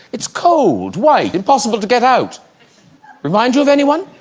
it's cold white impossible to get out remind you of anyone